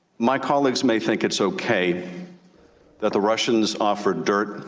my colleagues may think it's okay that the russians offered dirt